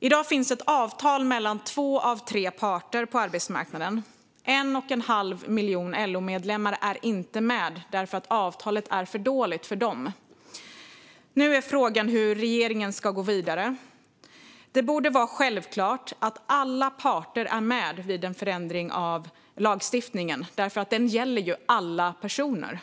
I dag finns ett avtal mellan två av tre parter på arbetsmarknaden. En och en halv miljon LO-medlemmar är inte med därför att avtalet är för dåligt för dem. Nu är frågan hur regeringen ska gå vidare. Det borde vara självklart att alla parter är med vid en förändring av lagstiftningen, för den gäller alla personer.